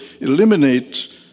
eliminate